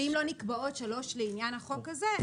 אפשר לקבוע שאם לא נקבעות שלוש לעניין החוק הזה,